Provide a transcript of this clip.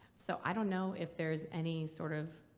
so i don't know if there's any sort of